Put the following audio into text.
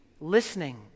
Listening